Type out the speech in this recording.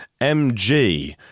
mg